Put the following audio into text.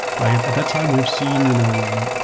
like at at that time we've seen you know